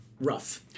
rough